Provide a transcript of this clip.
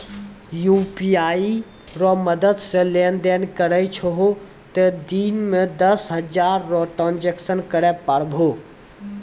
UPI रो मदद से लेनदेन करै छहो तें दिन मे दस हजार रो ट्रांजेक्शन करै पारभौ